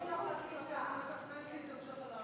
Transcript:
אני רק מתכננת את המשך הלילה.